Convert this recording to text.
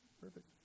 Perfect